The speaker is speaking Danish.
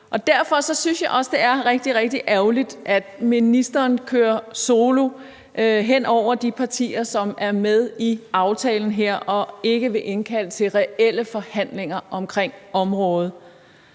og derfor synes jeg også, det er rigtig, rigtig ærgerligt, at ministeren kører solo hen over de partier, som er med i aftalen her, og ikke vil indkalde til reelle forhandlinger på området.